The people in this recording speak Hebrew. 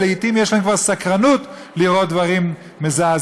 ולעתים יש להם כבר סקרנות לראות דברים מזעזעים.